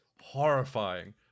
horrifying